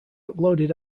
uploaded